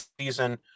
season